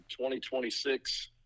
2026